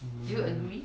do you agree